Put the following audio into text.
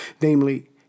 Namely